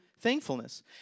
thankfulness